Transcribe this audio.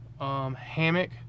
hammock